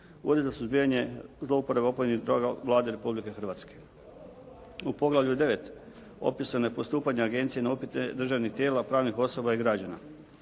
Ured za suzbijanje zlouporabe opojnih droga Vlade Republike Hrvatske. U poglavlju IX. opisano je postupanje agencije na upite državnih tijela, pravnih osoba i građana.